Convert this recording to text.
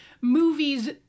movies